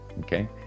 okay